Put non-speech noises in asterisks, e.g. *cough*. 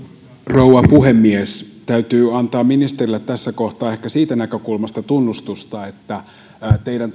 rouva puhemies täytyy antaa ministerille tässä kohtaa tunnustusta ehkä siitä näkökulmasta että teidän *unintelligible*